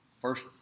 First